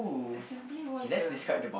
simply what the